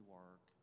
work